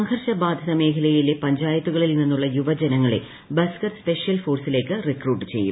സംഘർഷ ബാധിത മേഖലയിലെ പഞ്ചായത്തുകളിൽ നിന്നുള്ള യുവജനങ്ങളെ ബസ്കർ സ്പെഷ്യൽ ഫോഴ്സിലേക്ക് റിക്രൂട്ട് ചെയ്യും